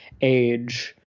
age